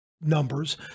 numbers